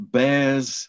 bears